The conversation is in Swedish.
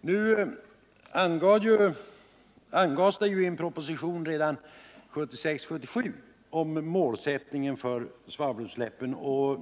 Redan 1976 angavs i en proposition målsättningen för svavelutsläpp.